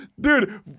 Dude